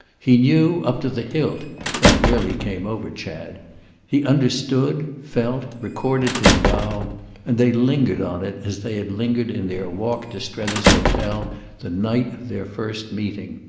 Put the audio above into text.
he knew, up to the hilt that really came over chad he understood, felt, recorded his vow and they lingered on it as they had lingered in their walk to strether's hotel the night of their first meeting.